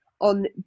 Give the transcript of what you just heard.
on